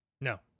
no